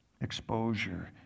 exposure